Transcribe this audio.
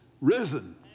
risen